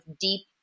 deep